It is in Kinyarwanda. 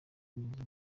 neza